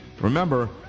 Remember